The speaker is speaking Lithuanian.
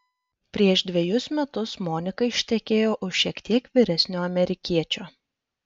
prieš dvejus metus monika ištekėjo už šiek tiek vyresnio amerikiečio